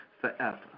forever